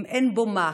אם אין בו מעקה?